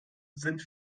sind